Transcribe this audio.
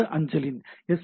இந்த அஞ்சலின் எஸ்